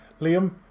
Liam